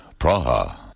Praha